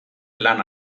lan